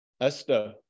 Esther